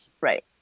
Right